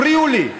הפריעו לי.